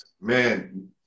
Man